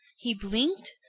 he blinked,